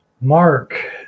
Mark